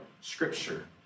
Scripture